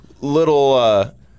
little